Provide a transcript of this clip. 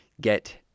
get